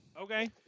Okay